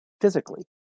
physically